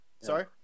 Sorry